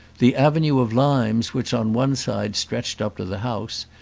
the avenue of limes which on one side stretched up to the house,